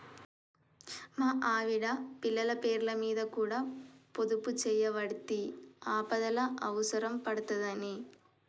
మా ఆవిడ, పిల్లల పేర్లమీద కూడ పొదుపుజేయవడ్తి, ఆపదల అవుసరం పడ్తదని